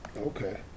Okay